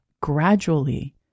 gradually